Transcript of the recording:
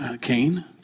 Cain